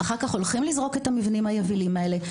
אחר כך הולכים לזרוק את המבנים היבילים האלה,